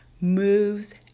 moves